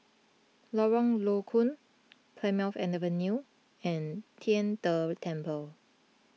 Lorong Low Koon Plymouth Avenue and Tian De Temple